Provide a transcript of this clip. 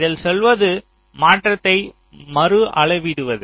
இதில் சொல்வது மாற்றத்தை மறுஅளவிடுவது